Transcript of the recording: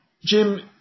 Jim